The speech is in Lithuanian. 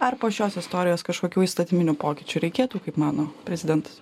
ar po šios istorijos kažkokių įstatyminių pokyčių reikėtų kaip mano prezidentas